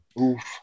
Oof